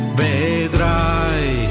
vedrai